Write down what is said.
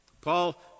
Paul